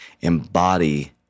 embody